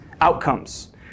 outcomes